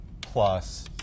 plus